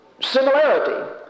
similarity